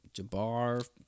Jabbar